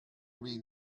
read